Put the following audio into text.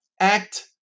act